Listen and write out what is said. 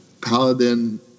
Paladin